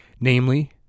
namely